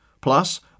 Plus